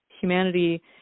humanity